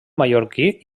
mallorquí